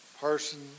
person